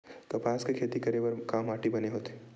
कपास के खेती करे बर का माटी बने होथे?